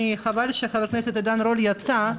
חבל שחבר הכנסת עידן רול יצא.